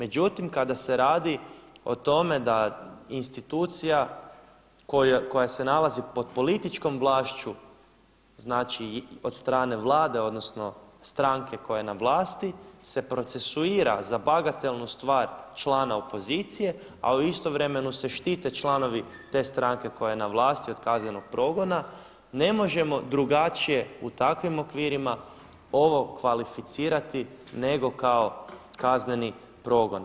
Međutim kada se radi o tome da institucija koja se nalazi pod političkom vlašću znači od strane Vlade, odnosno stranke koja je na vlasti se procesuira za bagatelnu stvar člana opozicije a istovremeno se štite članovi te stranke koja je na vlasti od kaznenog progona ne možemo drugačije u takvim okvirima ovo kvalificirati nego kao kazneni progon.